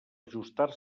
ajustar